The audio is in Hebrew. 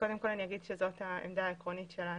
זאת העמדה העקרונית שלנו.